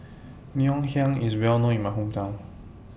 Ngoh Hiang IS Well known in My Hometown